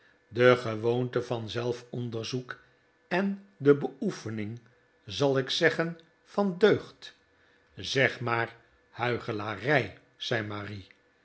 de gewoonte van zelfonderzoek en de beoefening zal ik zeggen van de deugd zeg maar huichelarij zei marie